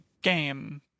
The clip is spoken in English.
game